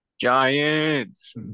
Giants